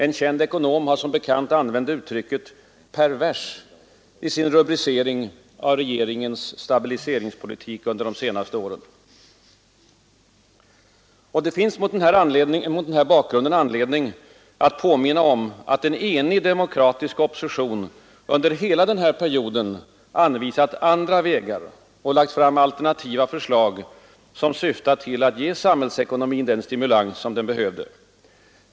En känd ekonom har som bekant använt uttrycket ”pervers” i sin rubricering av regeringens stabiliseringspolitik under de senaste åren. Det finns mot den här bakgrunden anledning att påminna om att en enig demokratisk opposition under hela denna period anvisat andra vägar och lagt fram alternativa förslag, som syftat till att ge samhällsekonomin den stimulans som den behövde.